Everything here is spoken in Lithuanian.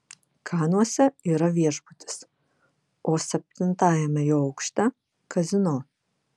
kanuose yra viešbutis o septintajame jo aukšte kazino